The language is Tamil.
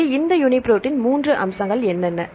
எனவே இந்த யுனிபிரோட்டின் 3 முக்கிய அம்சங்கள் என்னென்ன